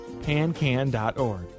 PANCAN.ORG